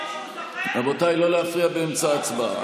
רבותיי לא להפריע באמצע ההצבעה.